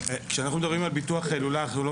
כשאנחנו מדברים על ביטוח הילולה אנחנו לא